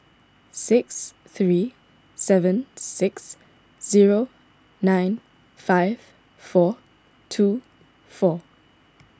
six three seven six zero nine five four two four